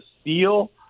steal